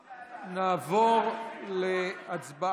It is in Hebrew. נתקבלה.